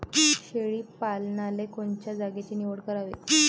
शेळी पालनाले कोनच्या जागेची निवड करावी?